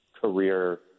career